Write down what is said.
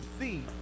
see